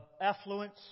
affluence